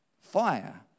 fire